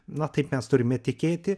na taip mes turime tikėti